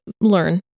learn